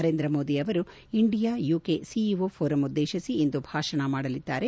ನರೇಂದ್ರ ಮೋದಿ ಅವರು India UK CEO forum ಉದ್ದೇಶಿಸಿ ಇಂದು ಭಾಷಣ ಮಾಡಲಿದ್ದಾರೆ